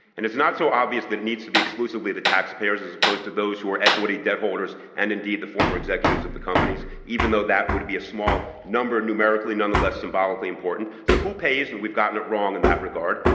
and it's not so obvious that it needs to be exclusively the tax payers as opposed to those who are equity debt holders and indeed the former executives of the companies. even though that would be a small number numerically, nonetheless, symbolically important. so who pays, and we've gotten it wrong in that regard.